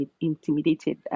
intimidated